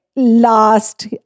last